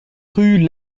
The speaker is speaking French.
rue